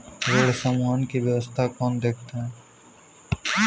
ऋण समूहन की व्यवस्था कौन देखता है?